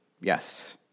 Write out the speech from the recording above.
Yes